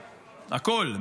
הכול,